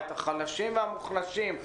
את החלשים והמוחלשים,